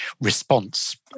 response